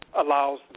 allows